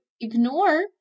ignore